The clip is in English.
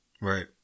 Right